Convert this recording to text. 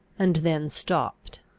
and then stopped.